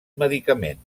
medicament